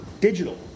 digital